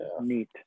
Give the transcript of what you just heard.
Neat